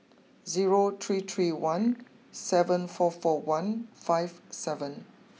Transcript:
zero three three one seven four four one five seven